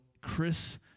Chris